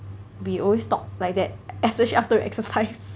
we always talk like that especially after we exercise